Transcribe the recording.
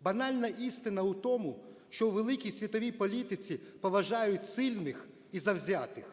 Банальна істина у тому, що у великій світовій політиці поважають сильних і завзятих,